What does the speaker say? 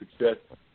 success